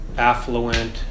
affluent